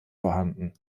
vorhanden